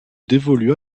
dévolu